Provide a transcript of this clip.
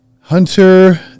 Hunter